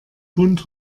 bunt